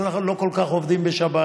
אנחנו לא כל כך עובדים בשבת,